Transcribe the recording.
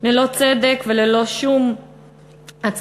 ללא צדק וללא שום הצדקה.